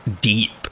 deep